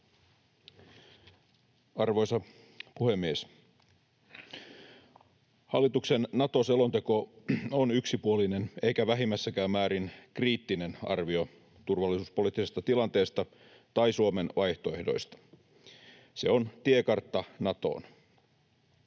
Arvoisa puhemies! Hallituksen Nato-selonteko on yksipuolinen eikä vähimmässäkään määrin kriittinen arvio turvallisuuspoliittisesta tilanteesta tai Suomen vaihtoehdoista. Se on tiekartta Natoon.